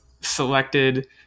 selected